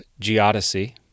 geodesy